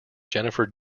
jennifer